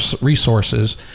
resources